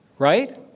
Right